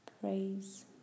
Praise